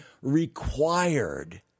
required